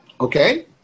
Okay